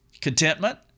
contentment